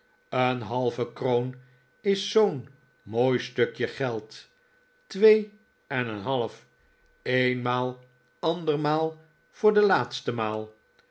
een halve kroon is zoo'n mooi stukje geld twee en een half eenmaal andermaal voor de laatste maal